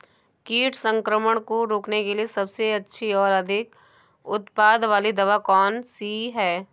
कीट संक्रमण को रोकने के लिए सबसे अच्छी और अधिक उत्पाद वाली दवा कौन सी है?